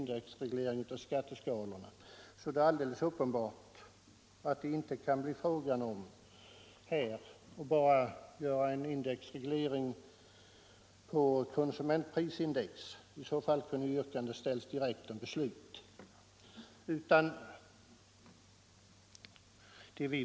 Det är helt uppenbart att det inte kan bli fråga om att bara göra en indexreglering på basis av konsumentprisindex; i så fall kunde yrkande ha ställts om beslut direkt.